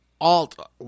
alt